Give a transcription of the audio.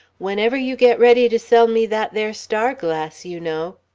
whenever you get ready to sell me that there star glass, you know.